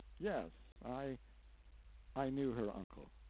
yes, i i knew her uncle.